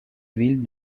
ville